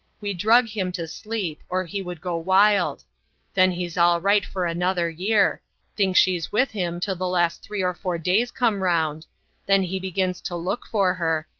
we drug him to sleep, or he would go wild then he's all right for another year thinks she's with him till the last three or four days come round then he begins to look for her,